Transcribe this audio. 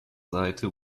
seite